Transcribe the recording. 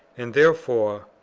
and therefore,